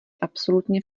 absolutně